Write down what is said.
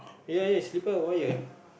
yeah yeah slipper wire